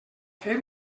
fer